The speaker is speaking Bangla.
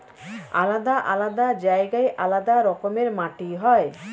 আলাদা আলাদা জায়গায় আলাদা রকমের মাটি হয়